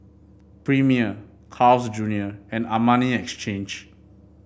Premier Carl's Junior and Armani Exchange